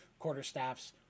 quarterstaffs